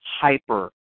hyper